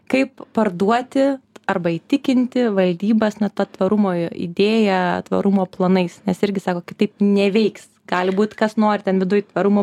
kaip parduoti arba įtikinti valdybas na ta tvarumo idėja tvarumo planais nes irgi sako kitaip neveiks gali būt kas nori ten viduj tvarumo